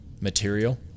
material